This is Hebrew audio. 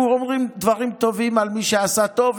אנחנו אומרים דברים טובים על מי שעשה טוב,